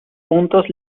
puntos